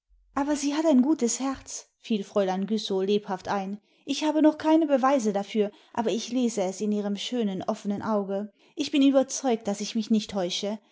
aber sie hat ein gutes herz fiel fräulein güssow lebhaft ein ich habe noch keine beweise dafür aber ich lese es in ihrem schönen offnen auge ich bin überzeugt daß ich mich nicht täusche